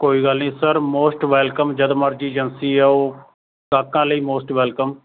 ਕੋਈ ਗੱਲ ਨੀ ਸਰ ਮੋਸਟ ਵੈਲਕਮ ਜਦ ਮਰਜ਼ੀ ਏਜੰਸੀ ਆਓ ਗ੍ਰਾਹਕਾਂ ਲਈ ਮੋਸਟ ਵੈਲਕਮ